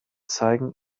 zeigen